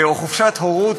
או חופשת הורות,